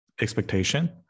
expectation